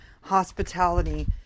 hospitality